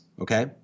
okay